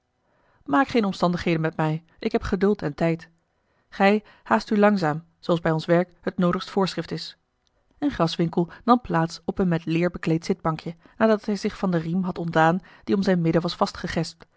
maak geene omstandigheden met mij ik heb geduld en tijd gij haast u langzaam zooals bij ons werk het noodigst voorschrift is en graswinckel nam plaats op een met leêr bekleed zitbankje nadat hij zich van den riem had ontdaan die om zijn midden was